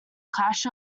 clash